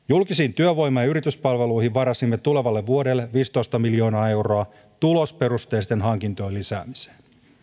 työvoima ja yrityspalveluihin varasimme tulevalle vuodelle viisitoista miljoonaa euroa tulosperusteisten hankintojen lisäämiseen